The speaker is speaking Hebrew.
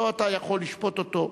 לא אתה יכול לשפוט אותו.